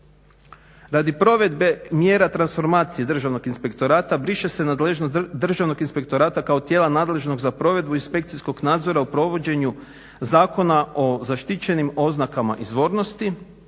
Radi provedbe mjera transformacije Državnog inspektorata briše se nadležnost Državnog inspektorata kao tijela nadležnog za provedbu inspekcijskog nadzora u provođenju Zakona o zaštićenim oznakama izvornosti,